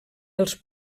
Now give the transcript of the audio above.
els